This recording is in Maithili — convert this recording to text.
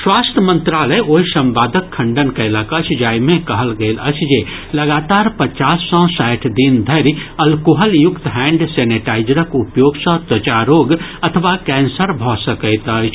स्वास्थ्य मंत्रालय ओहि संवादक खंडण कयलक अछि जाहि मे कहल गेल अछि जे लगातार पचास सँ साठि दिन धरि अल्कोहलयुक्त हैण्ड सेनेटाइजरक उपयोग सँ त्वचा रोग अथवा कैंसर भऽ सकैत अछि